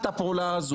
הזו,